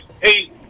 Hey